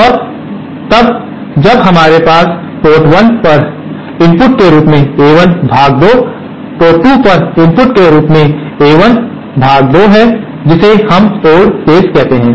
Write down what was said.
और मामला तब जब हमारे पास पोर्ट 1 पर इनपुट के रूप में A1 पर 2 और पोर्ट 2 पर इनपुट के रूप में A1 पर 2 है जिसे हम ओड केस कहते हैं